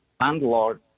landlord